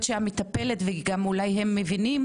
שיכול להיות שהמטפלת ואולי הם מבינים